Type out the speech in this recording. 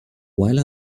while